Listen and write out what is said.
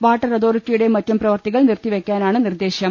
water അതോറിറ്റിയുടെയും മറ്റു പ്രവൃത്തികൾ നിർത്തിവയ്ക്കാനാണ് നിർദ്ദേശം